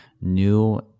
new